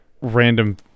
random